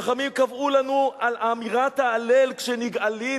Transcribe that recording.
חכמים קבעו לנו על אמירת "הלל" כשנגאלין,